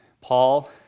Paul